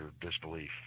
disbelief